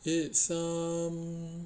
it's um